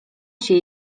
się